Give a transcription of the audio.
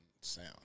sound